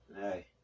Hey